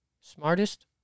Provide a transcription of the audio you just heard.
Smartest